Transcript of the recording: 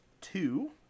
two